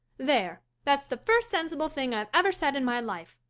there, that's the first sensible thing i've ever said in my life.